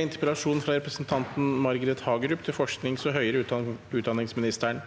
Interpellasjon fra representanten Margret Hagerup til forsknings- og høyere utdanningsministeren: